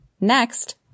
Next